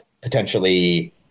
potentially